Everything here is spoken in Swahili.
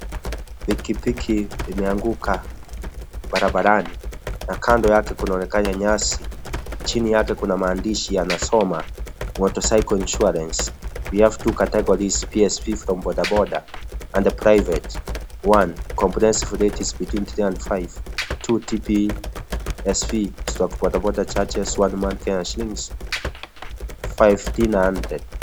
Pikipiki imeanguka barabarani na kando yake kunaonekana nyasi chini yake kuna maandishi yanasoma (cs)Motorcycle insurance, we have two categories PSV from bodaboda and private, one, comprehensive rate is between three and five two TPSV stroke bodaboda charges one month Kenya shillings fifteen hundred(cs).